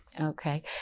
Okay